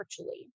virtually